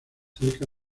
cerca